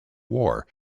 war